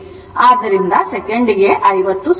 ಆದ್ದರಿಂದ ಸೆಕೆಂಡಿಗೆ 50 ಸುತ್ತುಗಳು